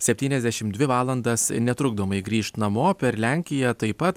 septyniasdešimt dvi valandas netrukdomai grįžt namo per lenkiją taip pat